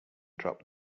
dropped